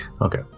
Okay